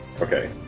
Okay